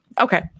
okay